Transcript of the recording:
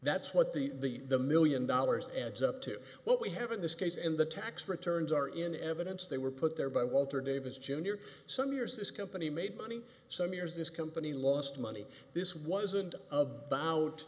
that's what the the million dollars adds up to what we have in this case and the tax returns are in evidence they were put there by walter davis jr some years this company made money some years this company lost money this wasn't about